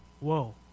Whoa